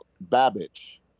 Babbage